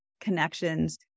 connections